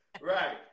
Right